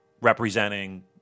Representing